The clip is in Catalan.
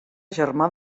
germà